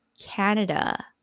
Canada